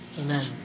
amen